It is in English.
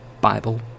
Bible